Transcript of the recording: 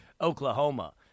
Oklahoma